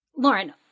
Lauren